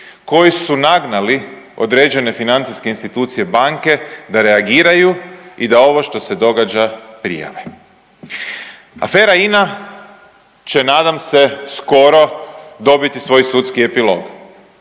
koji su nagnali određene financijske institucije banke da reagiraju i da ovo što se događa, prijave. Afera INA će, nadam se, skoro dobiti svoj sudski epilog,